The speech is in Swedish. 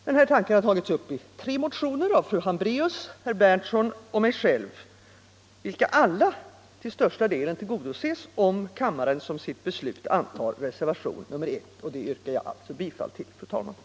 Den här tanken har tagits upp i tre motioner, av fru Hambraeus, herr Berndtson och mig själv. Alla tre motionerna skulle till största delen tillgodoses om kammaren som sitt beslut antar förslaget i reservationen 1, till vilken jag alltså yrkar bifall, fru talman.